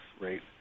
rate